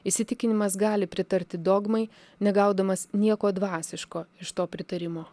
įsitikinimas gali pritarti dogmai negaudamas nieko dvasiško iš to pritarimo